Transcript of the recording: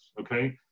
Okay